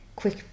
quick